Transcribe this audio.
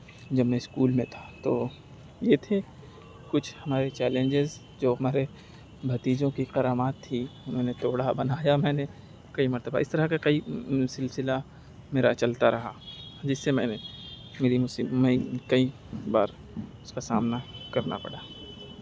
جب میں اسکول میں تھا تو یہ تھے کچھ ہمارے چیلنجز جو ہمارے بھتیجوں کی کرامات تھی اُنہوں نے توڑا بنایا میں نے کئی مرتبہ اِس طرح کا کئی سلسلہ میرا چلتا رہا جس سے میں نے میری میں کئی بار اُس کا سامنا کرنا پڑا